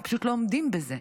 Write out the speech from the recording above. הם פשוט לא עומדים בזה.